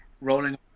rolling